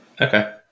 Okay